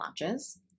launches